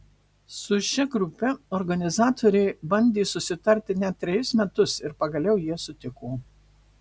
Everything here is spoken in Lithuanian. su šia grupe organizatoriai bandė susitarti net trejus metus ir pagaliau jie sutiko